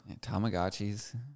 Tamagotchis